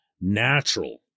natural